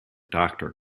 doctor